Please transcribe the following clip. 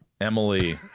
Emily